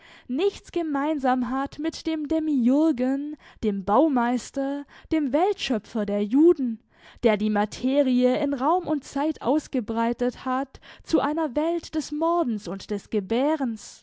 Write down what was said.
nichts gemeinsam hat mit dem demiurgen dem baumeister dem weltschöpfer der juden der die materie in raum und zeit ausgebreitet hat zu einer welt des mordens und des gebärens